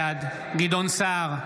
בעד גדעון סער,